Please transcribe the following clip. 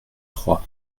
trois